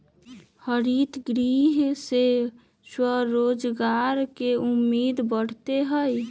हरितगृह से स्वरोजगार के उम्मीद बढ़ते हई